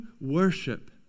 worship